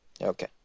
Okay